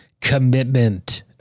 commitment